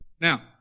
Now